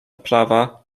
prawa